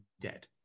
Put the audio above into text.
dead